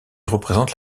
représente